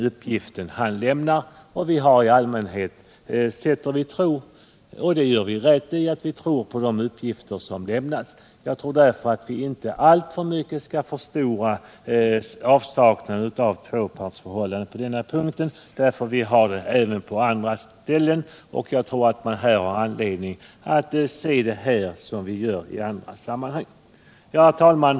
Likväl sätter vi tilltro till de uppgifterna, och det gör vi rätt i. Jag tror därför att vi inte alltför mycket skall förstora avsaknaden av tvåpartsförhållandet på den här punkten. Vi har enligt min mening anledning att i det här fallet se det på samma sätt som vi gör i andra sammanhang. Herr talman!